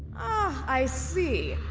i see.